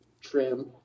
trim